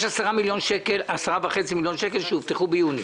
יש 10.5 מיליון שקל שהובטחו ביוני